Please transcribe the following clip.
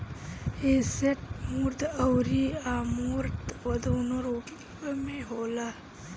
asset मूर्त अउरी अमूर्त दूनो रूप में होला